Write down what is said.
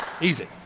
Easy